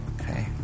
Okay